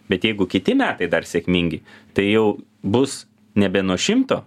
bet jeigu kiti metai dar sėkmingi tai jau bus nebe nuo šimto